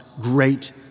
great